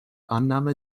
annahme